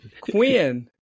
Quinn